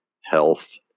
health